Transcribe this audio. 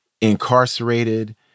incarcerated